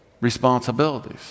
responsibilities